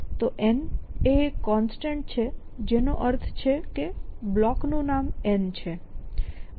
તો N એ એક કોન્સ્ટન્ટ છે જેનો અર્થ છે બ્લોકનું નામ N છે અને